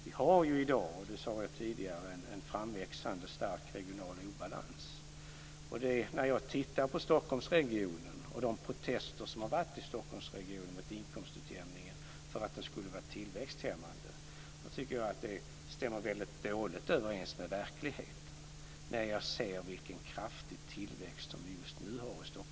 Vi har i dag, som jag sade tidigare, en framväxande regional obalans. När jag tittar på Stockholmsregionen och de protester som har varit i Stockholmsregionen mot inkomstutjämningen för att den skulle vara tillväxthämmande tycker jag att det stämmer väldigt dåligt överens med verkligheten när jag ser vilken kraftig tillväxt vi just nu har i Stockholmsregionen.